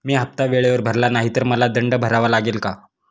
मी हफ्ता वेळेवर भरला नाही तर मला दंड भरावा लागेल का?